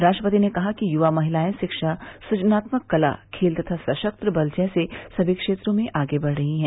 राष्ट्रपति ने कहा कि युवा महिलाएं शिक्षा सुजनात्मक कला खेल तथा सशस्त्र बल जैसे समी क्षेत्रों में आगे बढ़ रही हैं